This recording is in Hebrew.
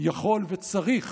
יכול וצריך